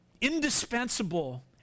indispensable